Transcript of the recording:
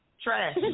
Trash